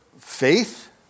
faith